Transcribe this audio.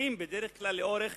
בדרך כלל כשעוברים לאורך